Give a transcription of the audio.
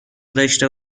داشته